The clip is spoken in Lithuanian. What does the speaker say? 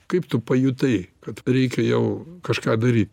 kaip tu pajutai kad reikia jau kažką daryt